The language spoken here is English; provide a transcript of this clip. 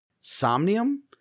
Somnium